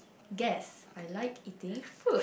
guess I like eating fruit